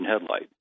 headlight